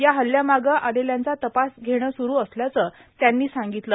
या हल्यामागे आलेल्यांचा तपास घेणं सुरु असल्याचं त्यांनी सांगितलं